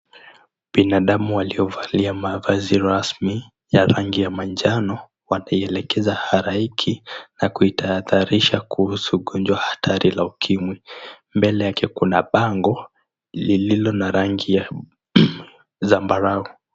Binadamu waliovalia mavazi rasmi ya rangi ya manjano wanaielekeza halaiki na kuitahadharisha kuhusu ugonjwa hatari la ukimwi mbele yake, kuna bango liilo na rangi ya zambarao.